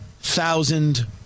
thousand